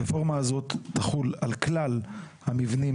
הרפורמה הזאת תחול על כלל המבנים